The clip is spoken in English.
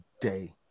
day